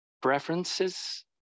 preferences